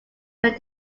make